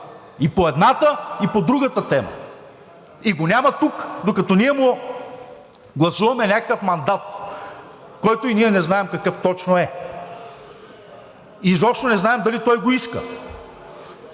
и по едната, и по другата тема. И го няма тук, докато ние му гласуваме някакъв мандат, който и ние не знаем какъв точно е, изобщо не знаем дали той го иска.